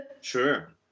Sure